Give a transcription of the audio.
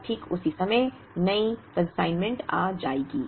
और ठीक उस समय नई प्रेषण कंसाइनमेंट आ जाएगी